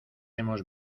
hemos